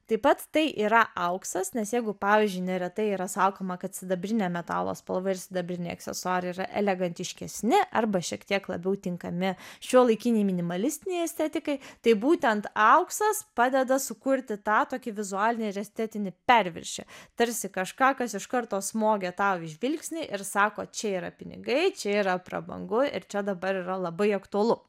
taip pat tai yra auksas nes jeigu pavyzdžiui neretai yra sakoma kad sidabrinio metalo spalva ir sidabriniai aksesuarai yra elegantiškesni arba šiek tiek labiau tinkami šiuolaikinei minimalistinei estetikai tai būtent auksas padeda sukurti tą tokį vizualinį ir estetinį perviršį tarsi kažką kas iš karto smogia tau į žvilgsnį ir sako čia yra pinigai čia yra prabangu ir čia dabar yra labai aktualu